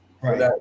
Right